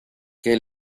que